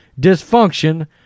dysfunction